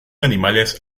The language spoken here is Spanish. animales